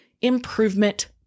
improvement